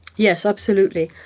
yes, absolutely.